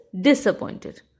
disappointed